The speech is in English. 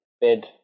bid